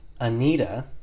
Anita